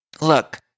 look